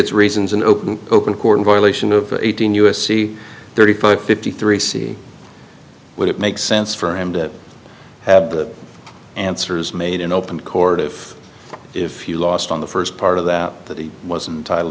its reasons and open open court in violation of eighteen u s c thirty five fifty three c would it make sense for him to have the answers made in open court if if you lost on the first part of that that he wasn't ti